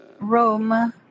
Rome